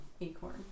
acorn